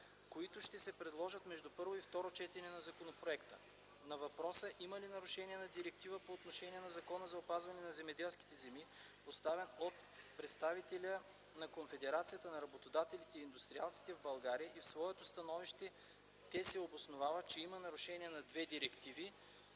които ще се предложат между първо и второ четене на законопроекта. На въпроса има ли нарушение на директива по отношение на Закона за опазване на земеделските земи, поставен от представители на Конфедерацията на работодателите и индустриалците в България и в своето становище те се обосновават, че има нарушение на две директиви